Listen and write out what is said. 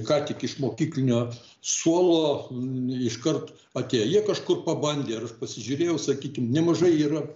ką tik iš mokyklinio suolo iškart atėję jie kažkur pabandė ir aš pasižiūrėjau sakykim nemažai yra